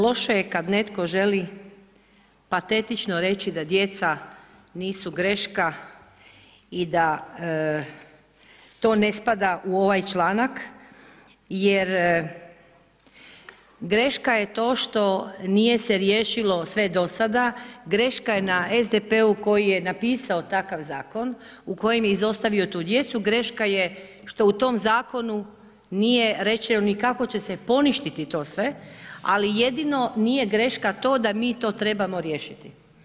Loše je kada netko želi patetično reći da djeca nisu greška i da to ne spada u ovaj članak jer greška je to što nije se riješilo sve do sada, greška je na SDP-u koji je napisao takav zakon u kojem je izostavio tu djecu, greška je što u tom zakonu nije rečeno ni kako će se poništiti to sve, ali jedino nije greška to da mi to trebamo riješiti.